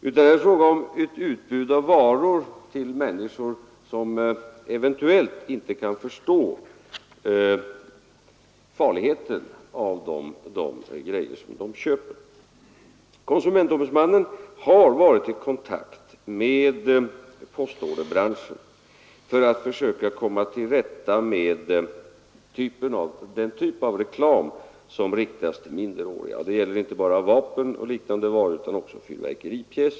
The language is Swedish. Här är det fråga om utbud av varor till människor som eventuellt inte kan förstå hur farliga dessa varor är. Konsumentombudsmannen har varit i kontakt med postorderbranschen för att försöka komma till rätta med den reklam som riktas till minderåriga — det gäller inte bara vapen och liknande varor utan också fyrverkeripjäser.